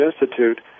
Institute